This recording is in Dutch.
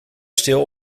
stil